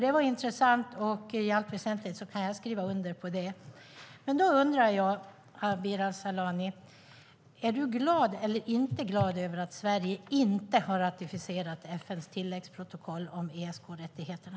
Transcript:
Det var intressant, och i allt väsentligt kan jag skriva under på det. Men då undrar jag, Abir Al-Sahlani: Är du glad eller inte glad över att Sverige inte har ratificerat FN:s tilläggsprotokoll om ESK-rättigheterna?